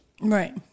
right